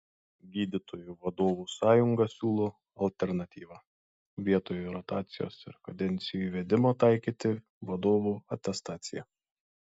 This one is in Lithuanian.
gydytojų vadovų sąjunga siūlo alternatyvą vietoj rotacijos ir kadencijų įvedimo taikyti vadovų atestaciją